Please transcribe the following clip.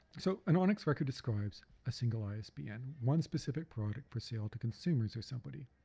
so an onix record describes a single isbn, one specific product for sale to consumers or somebody.